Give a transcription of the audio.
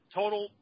total